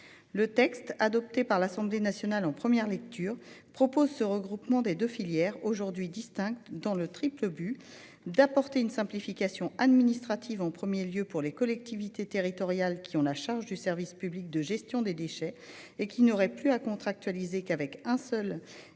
Le texte adopté par l'Assemblée nationale en première lecture prévoit le regroupement des deux filières, aujourd'hui distinctes, dans un triple but. D'abord, apporter une simplification administrative aux collectivités territoriales chargées du service public de gestion des déchets : elles n'auraient plus à contractualiser qu'avec un seul